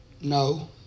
no